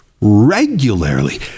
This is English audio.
regularly